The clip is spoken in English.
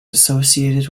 associated